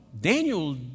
Daniel